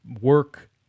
work